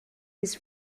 his